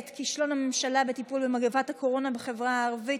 כישלון הממשלה בטיפול במגפת הקורונה בחברה הערבית,